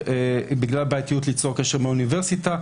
בגלל בעייתיות ליצור קשר עם האוניברסיטה,